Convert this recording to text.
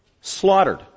slaughtered